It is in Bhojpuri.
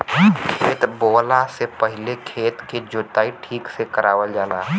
खेत बोवला से पहिले खेत के जोताई ठीक से करावल जाला